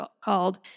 called